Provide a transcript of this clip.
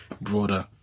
broader